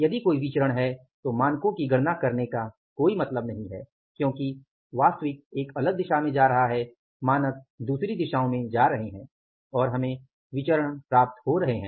यदि कोई विचरण है तो मानकों की गणना करने का कोई मतलब नहीं है क्योंकि वास्तविक एक अलग दिशा में जा रहा है मानक दुसरी दिशाओं में जा रहे हैं और हमें विचरणो प्राप्त हो रहे हैं